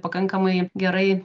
pakankamai gerai